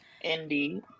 indeed